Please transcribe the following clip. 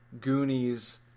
Goonies